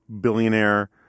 billionaire